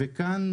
וכאן,